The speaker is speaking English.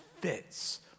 fits